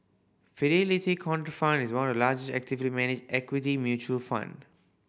Fidelity Contrafund is one of the largest actively managed equity mutual fund